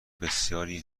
بسیاری